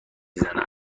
زنم